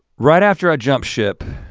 right after i jumped ship,